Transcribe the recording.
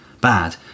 bad